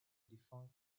defunct